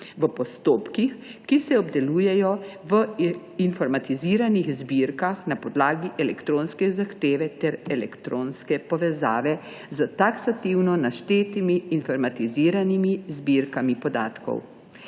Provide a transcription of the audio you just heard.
v postopkih, ki se obdelujejo v informatiziranih zbirkah na podlagi elektronske zahteve ter elektronske povezave s taksativno naštetimi informatiziranimi zbirkami podatkov.